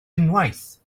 unwaith